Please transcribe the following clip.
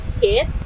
hit